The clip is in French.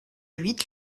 huit